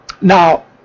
Now